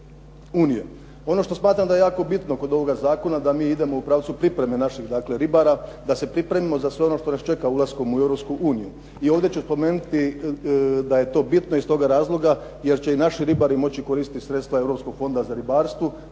Ono što smatram da je jako bitno kod ovoga zakona, da mi idemo u pravcu pripreme naših ribara, da se pripremimo za sve ono što nas čeka ulaskom u Europsku uniju. I ovdje ću pomenuti da je to bitno iz toga razloga jer će i naši ribari moći koristiti sredstva Europskog